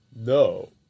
No